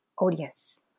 audience